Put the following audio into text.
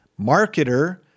marketer